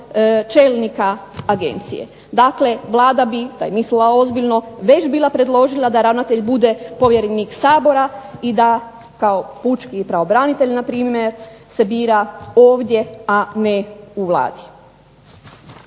čelnika Agencije. Dakle Vlada bi, da je mislila ozbiljno, već bila predložila da ravnatelj bude povjerenik Sabora, i da kao pučki pravobranitelj npr. se bira ovdje, a ne u Vladi.